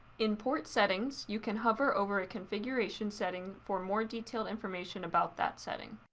in port settings, you can hover over a configuration setting for more detailed information about that setting.